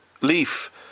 leaf